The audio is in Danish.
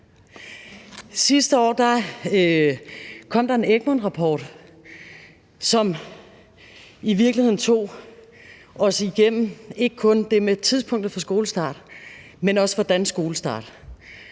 Sidste år kom der en Egmontrapport, som i virkeligheden tog os igennem ikke kun det med tidspunktet for skolestart, men også hvordan i forhold